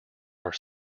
are